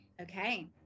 Okay